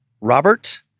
robert